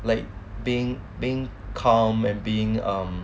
like being being calm and being um